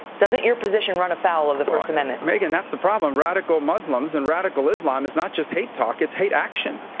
doesn't your position run afoul of the first amendment? megyn, that's the problem. radical muslims and radical islam is not just hate talk. it's hate action.